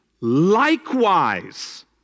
Likewise